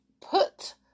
put